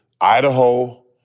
Idaho